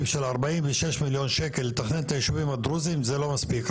של ה-46 מיליון שקל לתכנן את היישובים הדרוזים זה לא מספיק.